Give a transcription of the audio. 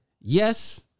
yes